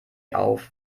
auf